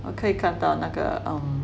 我可以看到那个 um